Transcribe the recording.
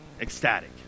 ecstatic